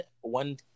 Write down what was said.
one